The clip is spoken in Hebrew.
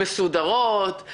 מסודרות,